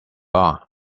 are